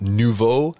Nouveau